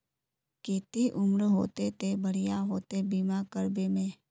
केते उम्र होते ते बढ़िया होते बीमा करबे में?